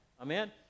Amen